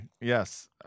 Yes